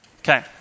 Okay